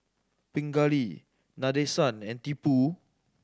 Pingali Nadesan and Tipu